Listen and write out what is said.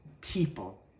people